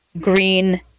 green